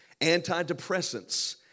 antidepressants